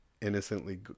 innocently